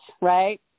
right